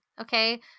Okay